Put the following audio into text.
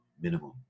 Minimum